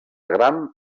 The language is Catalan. gram